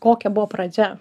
kokia buvo pradžia